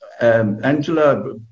Angela